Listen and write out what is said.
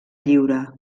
lliure